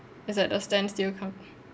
it's at a standstill kind